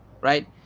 right